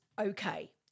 okay